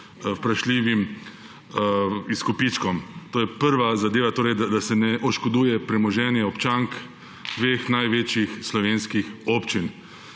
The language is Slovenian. vprašljivim izkupičkom. To je prva zadeva, torej da se ne oškoduje premoženja občank dveh največjih slovenskih občin.